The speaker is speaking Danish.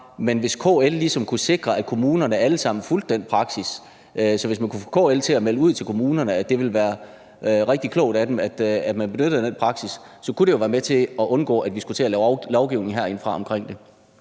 Men hvis KL ligesom kunne sikre, at kommunerne alle sammen fulgte den praksis, altså hvis man kunne få KL til at melde ud til kommunerne, at det ville være rigtig klogt af dem, at de benyttede den praksis, så kunne det jo være med til at undgå, at vi skulle til at lave lovgivning omkring det